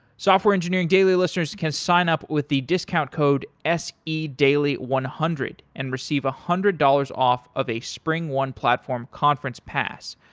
software engineering daily listeners can sign up with the discount code se daily one hundred and receive a one hundred dollars off of a springone platform conference pass,